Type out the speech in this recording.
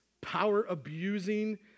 power-abusing